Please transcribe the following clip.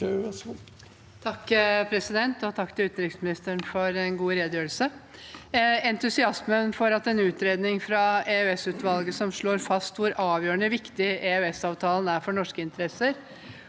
(H) Takk til uten- riksministeren for en god redegjørelse. Entusiasmen for en utredning fra Eldring-utvalget som slår fast hvor avgjørende viktig EØS-avtalen er for norske interesser,